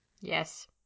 Yes